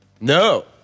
No